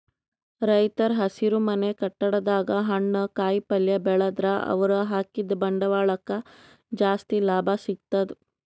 ರೈತರ್ ಹಸಿರುಮನೆ ಕಟ್ಟಡದಾಗ್ ಹಣ್ಣ್ ಕಾಯಿಪಲ್ಯ ಬೆಳದ್ರ್ ಅವ್ರ ಹಾಕಿದ್ದ ಬಂಡವಾಳಕ್ಕ್ ಜಾಸ್ತಿ ಲಾಭ ಸಿಗ್ತದ್